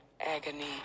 agony